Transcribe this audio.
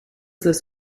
this